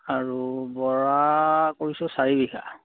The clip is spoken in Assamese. আৰু বৰা কৰিছোঁ চাৰি বিঘা